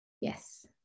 Yes